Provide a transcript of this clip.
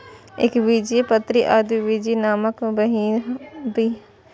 एकबीजपत्री आ द्विबीजपत्री नामक बीहनि के दूटा प्रकार होइ छै